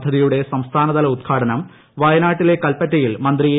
പഭൂതിയുടെ സംസ്ഥാനതല ഉദ്ഘാടനം വയനാട്ടിലെ കൽപ്പറ്റയിൽ മന്ത്രി എ